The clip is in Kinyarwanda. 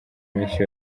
iminsi